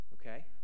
okay